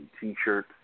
t-shirt